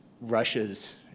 Russia's